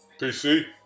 PC